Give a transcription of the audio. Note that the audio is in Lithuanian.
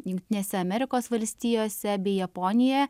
jungtinėse amerikos valstijose bei japonijoje